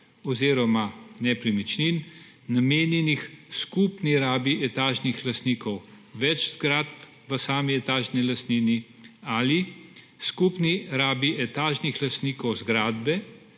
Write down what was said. oziroma nepremičnin, namenjenih skupni rabi etažnih lastnikov več zgradb v sami etažni lastnini ali skupni rabi etažnih lastnikov zgradbe